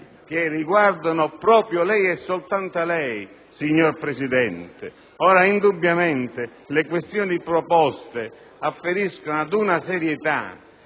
che riguardano proprio lei e soltanto lei, signor Presidente. Indubbiamente le questioni proposte sono talmente serie